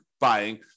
buying